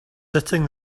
sitting